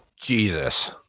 Jesus